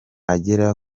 agera